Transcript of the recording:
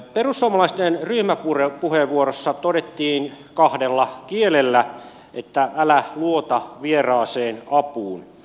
perussuomalaisten ryhmäpuheenvuorossa todettiin kahdella kielellä että älä luota vieraaseen apuun